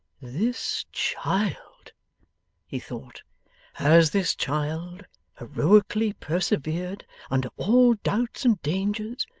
this child he thought has this child heroically persevered under all doubts and dangers,